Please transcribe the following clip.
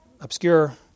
obscure